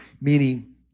Meaning